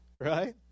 right